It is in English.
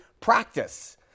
practice